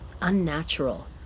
unnatural